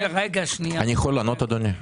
אני יכול לענות אדוני?